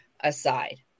aside